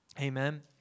Amen